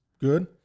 good